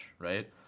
right